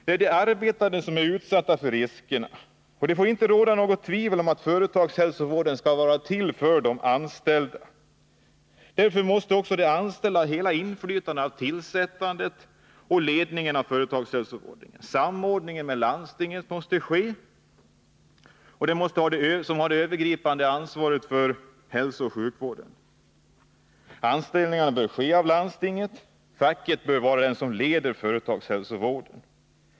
Det är de arbetande som är utsatta för riskerna, och det får inte råda någon tvekan om att företagshälsovården skall vara till för de anställda. Därför måste också de anställda ha hela inflytandet över tillsättandet och ledningen av företagshälsovården. Samordning med landstinget, som har det övergripande ansvaret för hälsooch sjukvården, måste ske. Anställningar bör ombesörjas genom landstinget, och facket bör leda företagshälsovården.